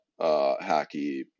hacky